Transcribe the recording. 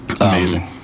amazing